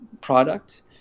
product